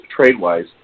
trade-wise